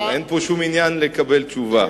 אין פה שום עניין לקבל תשובה.